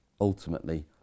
ultimately